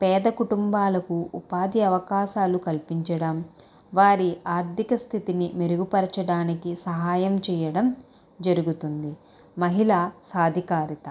పేద కుటుంబాలకు ఉపాధి అవకాశాలు కల్పించడం వారి ఆర్థికస్థితిని మెరుగుపరచడానికి సహాయం చేయడం జరుగుతుంది మహిళ సాధికారిత